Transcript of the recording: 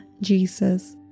Jesus